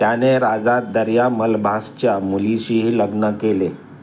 त्याने राजा दर्या मलभासच्या मुलीशीही लग्न केले